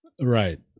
Right